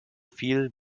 viel